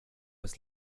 was